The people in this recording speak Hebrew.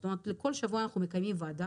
זאת אומרת כל שבוע אנחנו מקיימים ועדה